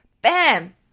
Bam